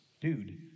dude